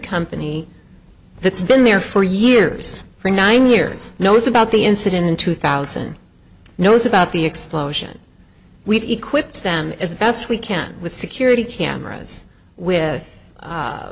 company that's been there for years for nine years knows about the incident in two thousand knows about the explosion we equipped them as best we can with security cameras with